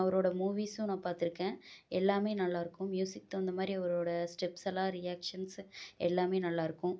அவரோடய மூவிஸும் நான் பார்த்துருக்கேன் எல்லாமே நல்லாயிருக்கும் மியூசிக் தகுந்த மாதிரி அவரோடய ஸ்டெப்ஸெல்லாம் ரியாக்ஷன்ஸ் எல்லாமே நல்லாயிருக்கும்